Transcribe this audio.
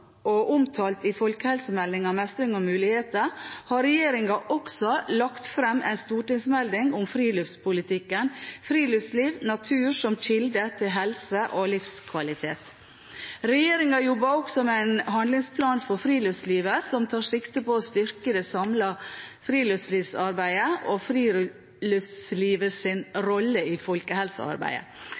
og omtalt i «Folkehelsemeldingen – Mestring og muligheter», har regjeringen også lagt fram en stortingsmelding om friluftslivspolitikken, «Friluftsliv – Natur som kilde til helse og livskvalitet». Regjeringen jobber også med en handlingsplan for friluftslivet, som tar sikte på å styrke det samlede friluftslivsarbeidet og friluftslivets rolle i folkehelsearbeidet.